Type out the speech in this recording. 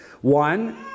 One